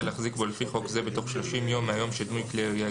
להחזיק בו לפי חוק זה בתוך 30 יום מהיום שדמוי כלי הירייה